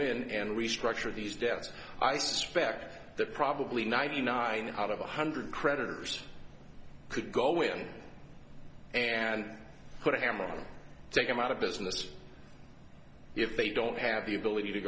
away and restructure these debts i suspect they're probably ninety nine out of one hundred creditors could go in and put a hammer take them out of business if they don't have the ability to